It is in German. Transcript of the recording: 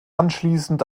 anschließend